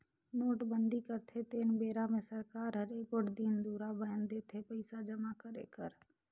नोटबंदी करथे तेन बेरा मे सरकार हर एगोट दिन दुरा बांएध देथे पइसा जमा करे कर